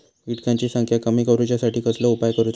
किटकांची संख्या कमी करुच्यासाठी कसलो उपाय करूचो?